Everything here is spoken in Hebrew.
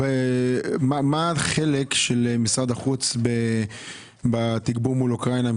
מה החלק של משרד החוץ בתגבור מול אוקראינה?